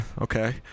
Okay